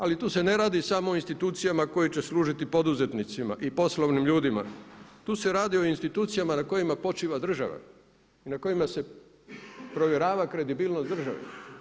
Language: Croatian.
Ali tu se ne radi samo o institucijama koje će služiti poduzetnicima i poslovnim ljudima, tu se radi o institucijama na kojima počiva država i na kojima se provjerava kredibilnost države.